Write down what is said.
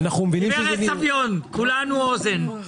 גברת סביון, כולנו אוזן.